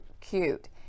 cute